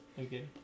Okay